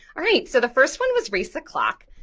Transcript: alright, so the first one was race the clock.